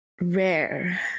rare